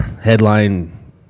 headline